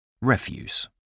Refuse